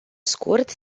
scurt